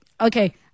Okay